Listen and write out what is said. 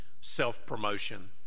self-promotion